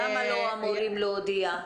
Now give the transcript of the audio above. למה לא אמורים להודיע?